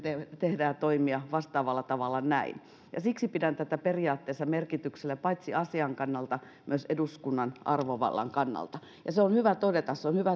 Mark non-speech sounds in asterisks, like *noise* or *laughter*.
tehdä ja toimia vastaavalla tavalla ja siksi pidän tätä periaatteessa merkityksellisenä paitsi asian kannalta myös eduskunnan arvovallan kannalta se on hyvä todeta ja on hyvä *unintelligible*